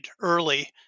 early